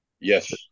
Yes